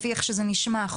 לפי איך שזה נשמע,